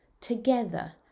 together